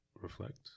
reflect